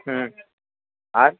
হুম আর